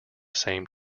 same